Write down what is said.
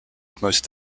most